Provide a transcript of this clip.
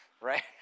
Right